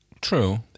True